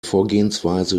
vorgehensweise